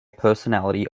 personality